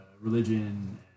religion